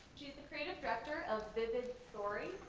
she's the creative director of vivid story,